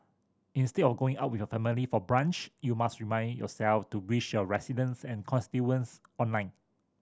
instead of going out with your family for brunch you must remind yourself to wish your residents and constituents online